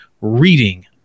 reading